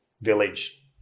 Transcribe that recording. village